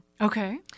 Okay